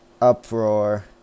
Uproar